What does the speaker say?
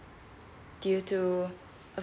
due to a